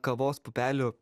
kavos pupelių